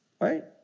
right